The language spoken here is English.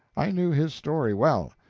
i knew his story well,